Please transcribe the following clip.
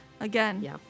Again